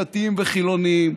דתיים וחילונים: